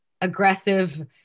aggressive